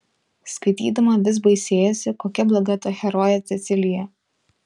skaitydama vis baisėjosi kokia bloga ta herojė cecilija